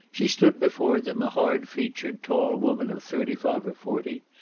she stood before them a hard-featured, tall woman of thirty-five or forty,